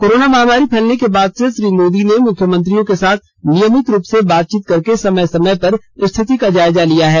corona महामारी फैलने के बाद से श्री मोदी ने मुख्यमंत्रियों के साथ नियमित रूप से बातचीत करके समय समय पर स्थिति का जायजा लिया है